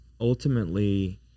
ultimately